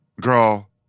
Girl